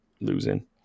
losing